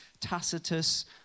Tacitus